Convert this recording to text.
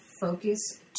focus